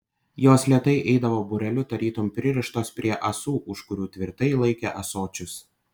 jos lėtai eidavo būreliu tarytum pririštos prie ąsų už kurių tvirtai laikė ąsočius